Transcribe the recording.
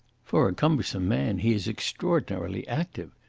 for a cumbersome man he is extraordinarily active,